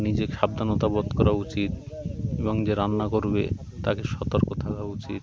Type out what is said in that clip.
নিজেকে সাবধানতা বোধ করা উচিত এবং যে রান্না করবে তাকে সতর্ক থাকা উচিত